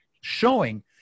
Showing